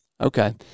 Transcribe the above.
Okay